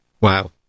Wow